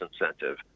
incentive